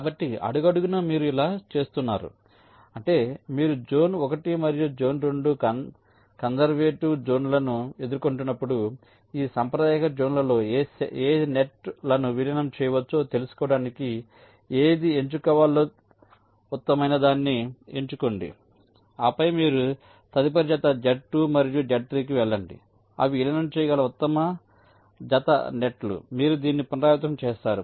కాబట్టి అడుగడుగునా మీరు ఇలా చేస్తున్నారు అంటే మీరు జోన్ 1 మరియు జోన్ 2 కన్జర్వేటివ్ జోన్లను ఎదుర్కొంటున్నప్పుడు ఈ సాంప్రదాయిక జోన్లలోని ఏ నెట్ లను విలీనం చేయవచ్చో తెలుసుకోవడానికి ఏది ఎంచుకోవాలి ఉత్తమమైనదాన్ని ఎంచుకోండి ఆపై మీరు తదుపరి జత Z2 మరియు Z3 కి వెళ్లండి అవి విలీనం చేయగల ఉత్తమ జత నెట్ లు మీరు దీన్ని పునరావృతం చేస్తారు